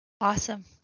Awesome